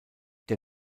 der